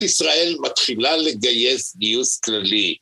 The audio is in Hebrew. ישראל מתחילה לגייס גיוס כללי